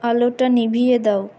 আলোটা নিভিয়ে দাও